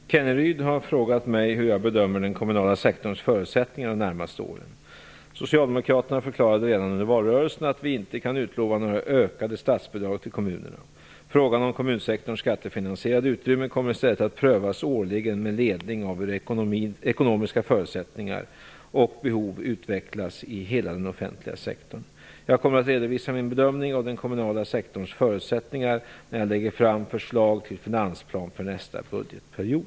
Herr talman! Rolf Kenneryd har frågat mig hur jag bedömer den kommunala sektorns förutsättningar de närmaste åren. Socialdemokraterna förklarade redan under valrörelsen att vi inte kan utlova några ökade statsbidrag till kommunerna. Frågan om kommunsektorns skattefinansierade utrymme kommer i stället att prövas årligen med ledning av hur ekonomiska förutsättningar och behov utvecklas i hela den offentliga sektorn. Jag kommer att redovisa min bedömning av den kommunala sektorns förutsättningar när jag lägger fram förslag til finansplan för nästa budgetperiod.